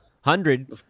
hundred